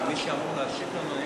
ומי שאמור להשיב לנו,